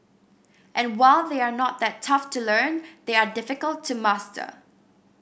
and while they are not that tough to learn they are difficult to master